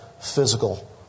physical